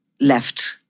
left